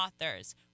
authors